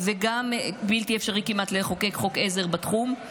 וגם כמעט בלתי אפשרי לחוקק חוק עזר בתחום.